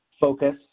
focus